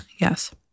Yes